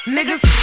Niggas